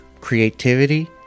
creativity